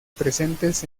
presentes